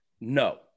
no